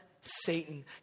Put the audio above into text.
Satan